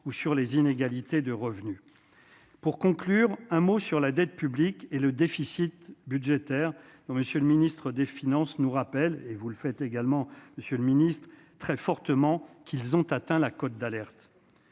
ou sur les inégalités de revenus. Pour conclure un mot sur la dette publique et le déficit budgétaire non, Monsieur le Ministre des Finances nous rappelle et vous le faites également Monsieur le Ministre, très fortement qu'ils ont atteint la cote d'alerte.